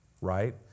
Right